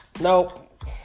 Nope